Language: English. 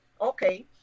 okay